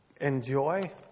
enjoy